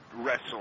wrestle